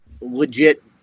legit